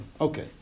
okay